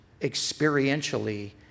experientially